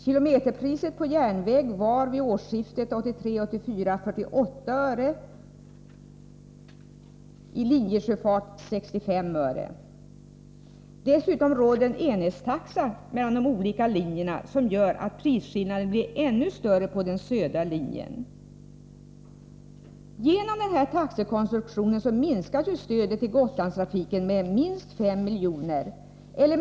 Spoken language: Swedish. Kilometerpriset på järnväg var 48 öre vid årsskiftet 1983-84 och i linjesjöfart 65 öre. Dessutom råder enhetstaxa för de olika linjerna, vilket gör att prisskillnaden blir ännu större på den södra linjen. Genom denna taxekonstruktion minskas stödet till Gotlandstrafiken med minst 5 miljoner.